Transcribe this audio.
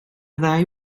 ddau